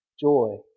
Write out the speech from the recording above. joy